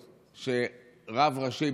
שתהיה לי בריא.